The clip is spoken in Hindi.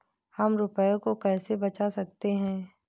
हम रुपये को कैसे बचा सकते हैं?